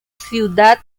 ciudad